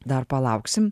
dar palauksim